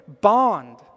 bond